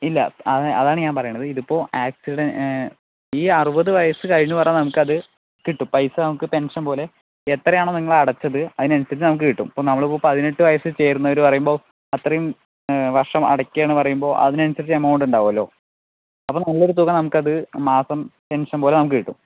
ഇല്ല അതാണ് ഞാൻ പറയുന്നത് ഇതിപ്പോൾ ആക്സിഡ ഈ അറുപത് വയസ് കഴിഞ്ഞ് പറഞ്ഞാൽ നമുക്കത് കിട്ടും പൈസ നമുക്ക് പെൻഷൻ പോലെ ഏത്രയാണോ നിങ്ങൾ അടച്ചത് അതിനനുസരിച്ച് നമുക്ക് കിട്ടും നമ്മൾ ഇപ്പോൾ പതിനെട്ട് വയസ് ചേർന്ന് പറയുമ്പോൾ അത്രയും വർഷം അടക്കാന്ന് പറയുമ്പോൾ അതിനനുസരിച്ച് എമൗണ്ട് ഉണ്ടാവുവല്ലോ അപ്പോൾ നല്ല ഒരു തുക മാസം പെൻഷൻ പോലെ നമുക്ക് കിട്ടും